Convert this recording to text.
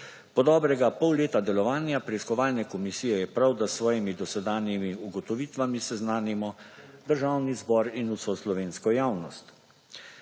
Po dobrega pol leta delovanja preiskovalne komisije je prav, da s svojimi dosedanjimi ugotovitvami seznanimo Državni zbor in vso slovensko javnost.